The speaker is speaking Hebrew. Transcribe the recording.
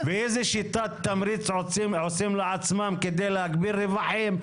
ואיזו שיטת תמריץ עושים לעצמם כדי להגביר רווחים.